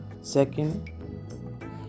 Second